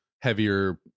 heavier